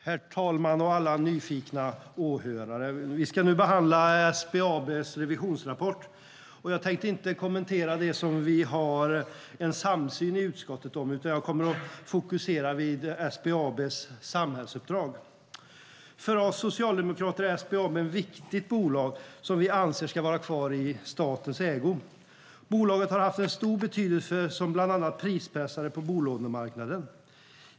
Herr talman! Alla nyfikna åhörare! Vi ska nu behandla SBAB:s revisionsrapport. Jag tänkte inte kommentera det som vi i utskottet har en samsyn om, utan jag kommer att fokusera på SBAB:s samhällsuppdrag. För oss socialdemokrater är SBAB ett viktigt bolag som vi anser ska vara kvar i statens ägo. Bolaget har haft stor betydelse, bland annat som prispressare på bolånemarknaden.